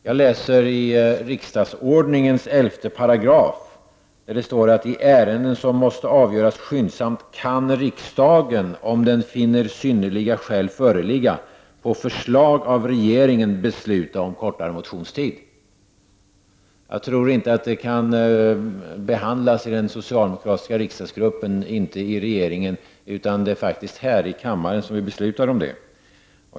Jag läser i 11§ riksdagsordningen, där det står: ”I ärende som måste avgöras skyndsamt kan riksdagen, om den finner synnerliga skäl föreligga, på förslag av regeringen besluta om kortare motionstid.” Jag tror inte att det kan behandlas i den socialdemokratiska riksdagsgruppen och inte heller i regeringen, utan det är faktiskt här i kammaren som vi beslutar om det.